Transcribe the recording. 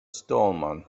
stallman